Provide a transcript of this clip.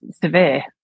severe